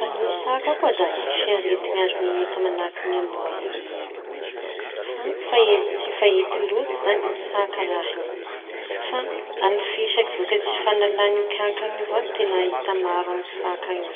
Amin'ny saka koa da misy arety aromota manahaky ny amboa io fa tsy fahity loatsy saka amin'ny raha iñy. Fa alifisaky vokatsy tsy fanala kanakany avao no teña hita maro amin'ny saka io.